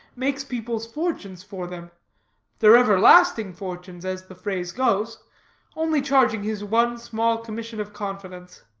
makes people's fortunes for them their everlasting fortunes, as the phrase goes only charging his one small commission of confidence.